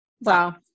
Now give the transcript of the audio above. Wow